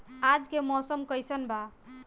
आज के मौसम कइसन बा?